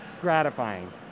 gratifying